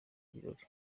birori